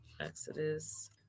Exodus